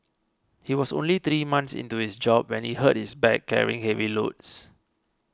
he was only three months into his job when he hurt his back carrying heavy loads